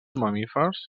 mamífers